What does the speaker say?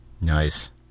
Nice